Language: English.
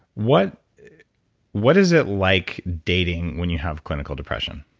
what what is it like dating when you have clinical depression?